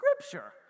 scripture